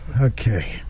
Okay